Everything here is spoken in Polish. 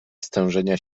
stężenia